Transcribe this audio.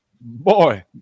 boy